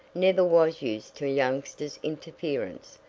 never was used to youngsters' interference,